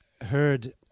heard